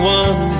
one